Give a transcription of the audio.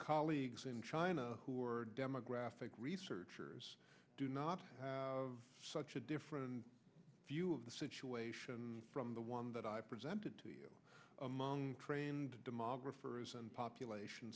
colleagues in china who are demographic researchers do not have such a different view of the situation from the one that i presented to you among trained